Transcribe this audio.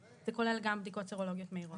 זה כולל גם בדיקות סרולוגיות מהירות.